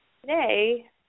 today